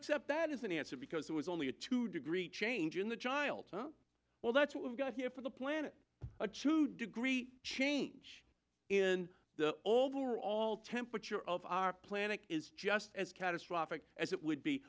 accept that as an answer because it was only a two degree change in the child well that's what we've got here for the planet a chew degree change in the older all temperature of our planet is just as catastrophic as it would be